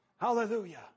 Hallelujah